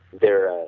there are